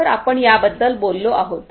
तर आपण याबद्दल बोललो आहोत